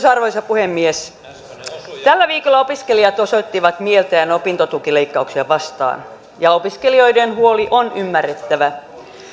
arvoisa puhemies tällä viikolla opiskelijat osoittivat mieltään opintotukileikkauksia vastaan ja opiskelijoiden huoli on ymmärrettävä